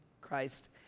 Christ